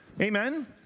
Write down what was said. Amen